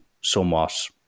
somewhat